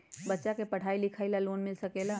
बच्चा के पढ़ाई लिखाई ला भी लोन मिल सकेला?